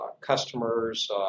customers